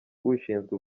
ushinzwe